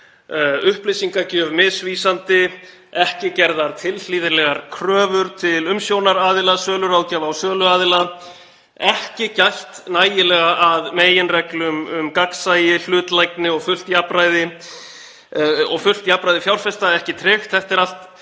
upplýsingagjöf misvísandi, ekki gerðar tilhlýðilegar kröfur til umsjónaraðila, söluráðgjafa og söluaðila, ekki gætt nægilega að meginreglum um gagnsæi, hlutlægni og fullt jafnræði fjárfesta ekki tryggt. Þetta eru